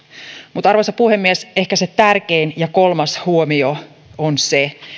mutta arvoisa puhemies ehkä se tärkein ja kolmas huomio on se